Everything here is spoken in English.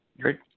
Great